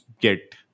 get